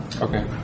Okay